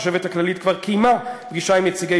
החשבת הכללית כבר קיימה פגישה עם נציגי